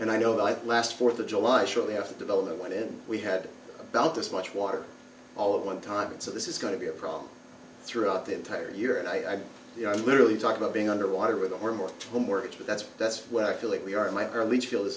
and i know i last fourth of july shortly after development in we had about this much water all at one time and so this is going to be a problem throughout the entire year and i you know literally talk about being underwater with one or more homework but that's that's what i feel like we are in my early field is